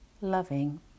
loving